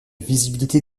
visibilité